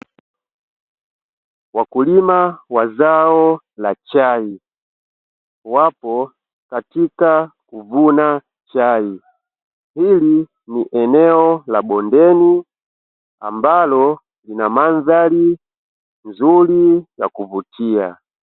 Wakulima wa zao la chai wapo katika kuvuna chai, hili ni eneo la bondeni ambalo lina mandhari nzuri ya kuvutia.